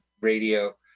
Radio